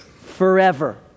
forever